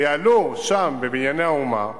ויעלו שם, ב"בנייני האומה",